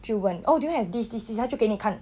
就问 oh do you have this this this 他就给你看